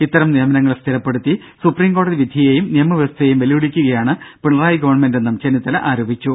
ഇത്തരം നിയമനങ്ങൾ സ്ഥിരപ്പെടുത്തി സുപ്രീംകോടതി വിധിയെയും നിയമ വ്യവസ്ഥയെയും വെല്ലുവിളിക്കുകയാണ് പിണറായി ഗവൺമെന്റെന്നും ചെന്നിത്തല ആരോപിച്ചു